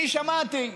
אני שמעתי,